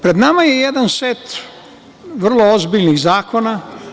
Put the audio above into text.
Pred nama je jedan set vrlo ozbiljnih zakona.